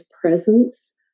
presence